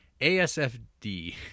ASFD